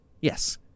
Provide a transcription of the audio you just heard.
yes